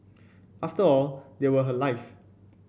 after all they were her life